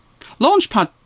Launchpad